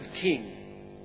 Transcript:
king